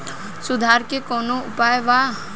सुधार के कौनोउपाय वा?